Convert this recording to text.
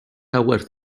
aguas